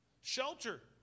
Shelter